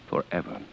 Forever